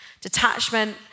Detachment